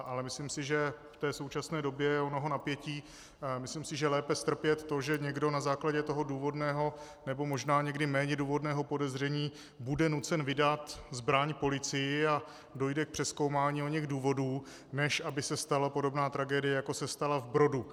Ale myslím si, že v současné době onoho napětí, myslím si, že lépe strpět to, že někdo na základě důvodného nebo někdy méně důvodného podezření bude nucen vydat zbraň policii a dojde k přezkoumání oněch důvodů, než aby se stala podobná tragédie, jako se stala v Brodu.